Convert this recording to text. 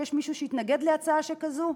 שיש מישהו שיתנגד להצעה שכזו,